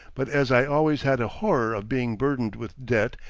but as i always had a horror of being burdened with debt,